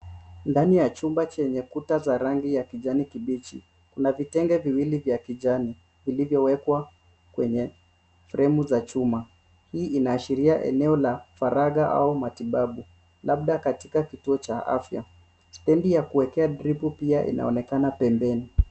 Ndani ya chumba chenye kuta za rangi ya kijani kibichi kuna vitenge viwili vya kijani vilivyowekwa kwenye fremu za chuma. Hii inaashiria eneo la faragha au matibabu labda katika kituo cha afya. Stendi ya kuwekea dripu pia inaonekana pembeni.